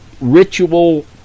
ritual